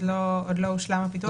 עוד לא הושלם הפיתוח.